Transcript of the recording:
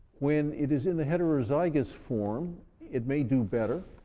when it is in the heterozygous form, it may do better,